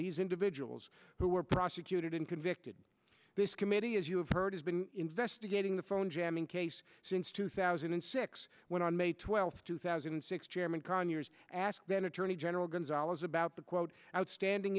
these individuals who were prosecuted and convicted this committee as you have heard has been investigating the phone jamming case since two thousand and six when on may twelfth two thousand and six chairman conyers asked then attorney general gonzales about the quote outstanding